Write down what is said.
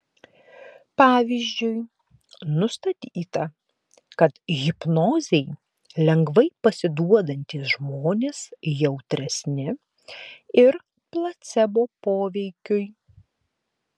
pavyzdžiui nustatyta kad hipnozei lengvai pasiduodantys žmonės jautresni ir placebo poveikiui